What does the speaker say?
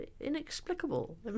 Inexplicable